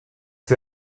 für